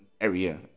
area